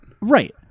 Right